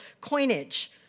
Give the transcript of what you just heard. coinage